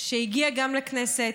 שהגיע גם לכנסת,